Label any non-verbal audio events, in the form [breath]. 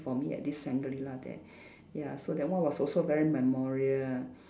for me at this Shangri-La there [breath] ya so that one was also very memorial ah